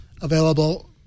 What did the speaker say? available